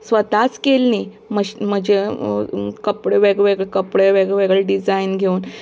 स्वताच केल्लीं मशिन म्हज्या कपडे वेगवेगळे कपडे वेगळे वेगळे डिजायन घेवन